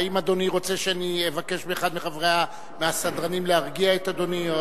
האם אדוני רוצה שאני אבקש מאחד מהסדרנים להרגיע את אדוני?